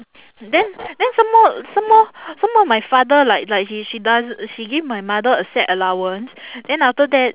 then then some more some more some more my father like like he she does she give my mother a set allowance then after that